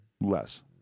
Less